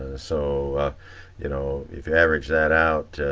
so you know if you average that out,